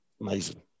amazing